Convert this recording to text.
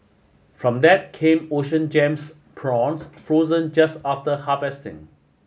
from that came Ocean Gems prawns frozen just after harvesting